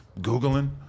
Googling